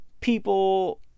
people